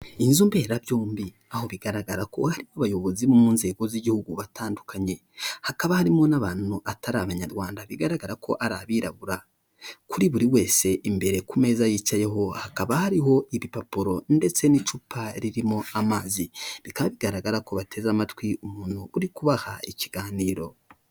Inzu mberabyombi. Aho bigaragara ko harimo abayobozi mu nzego z'igihugu batandukanye. Hakaba harimo n'abantu atari abanyarwanda bigaragara ko ari abirabura. Kuri buri wese imbere ku meza yicayeho hakaba hariho ibipapuro ndetse n'icupa ririmo amazi. Bikaba bigaragara ko bateze amatwi umuntu uri kubaha ikiganiro.